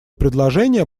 предложение